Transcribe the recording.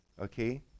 Okay